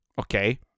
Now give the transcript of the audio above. okay